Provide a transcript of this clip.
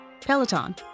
Peloton